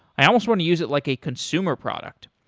i almost want to use it like a consumer product.